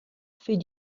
fait